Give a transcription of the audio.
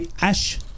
ash